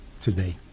today